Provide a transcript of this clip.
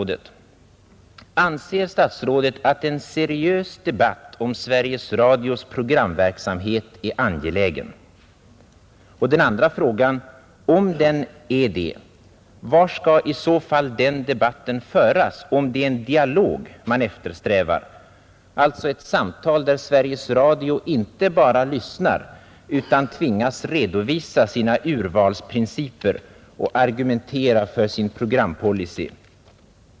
det, var skall i så fall den debatten föras, om det är en dialog man eftersträvar — alltså ett samtal där Sveriges Radio inte bara lyssnar utan tvingas redovisa sina urvalsprinciper och argumentera för sin programpolicy?